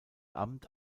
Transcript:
amt